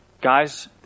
guys